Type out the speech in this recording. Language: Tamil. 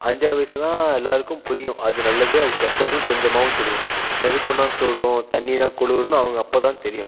அஞ்சாவது வயசில் தான் எல்லோருக்கும் புரியும் அது நல்லது அது கெட்டது கொஞ்சமாவது தெரியும் நெருப்புன்னா சுடும் தண்ணின்னா குளிரும்னு அவங்க அப்போது தான் தெரியும்